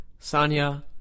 Sanya